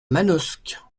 manosque